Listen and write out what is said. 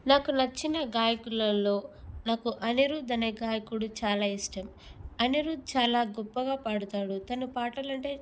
నాకు నచ్చిన గాయకుల్లో నాకు అనిరుద్ అనే గాయకుడు చాలా ఇష్టం అనిరుద్ చాలా గొప్పగా పాడుతాడు తన పాటలంటే